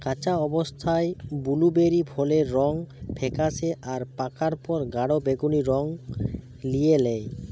কাঁচা অবস্থায় বুলুবেরি ফলের রং ফেকাশে আর পাকার পর গাঢ় বেগুনী রং লিয়ে ল্যায়